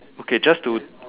okay just to